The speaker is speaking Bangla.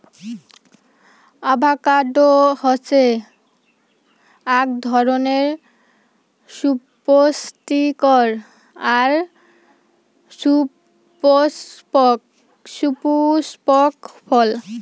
আভাকাডো হসে আক ধরণের সুপুস্টিকর আর সুপুস্পক ফল